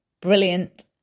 brilliant